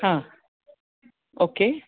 हां ओके